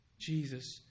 Jesus